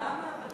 למה?